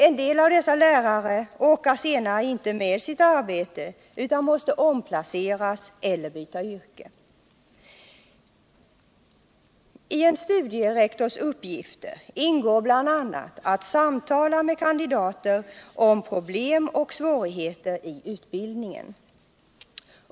En del av dessa lärare orkar senare inte med sitt arbete utan 24 maj 1978 måste omplaceras eller byta yrke. I en studierektors uppgifter ingår bl.a. att samtala med kandidater om Anslag till högskola problem och svårigheter i utbildningen.